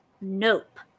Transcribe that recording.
nope